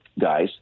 guys